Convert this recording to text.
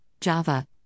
Java